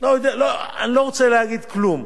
אני לא רוצה להגיד כלום,